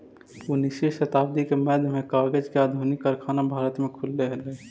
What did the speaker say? उन्नीसवीं शताब्दी के मध्य में कागज के आधुनिक कारखाना भारत में खुलले हलई